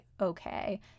okay